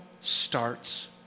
starts